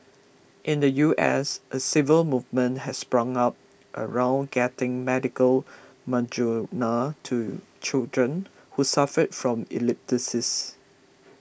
in the U S a civil movement has sprung up around getting medical Marijuana to children who suffer from epilepsy